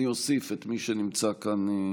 אני אוסיף את מי שנמצא כאן.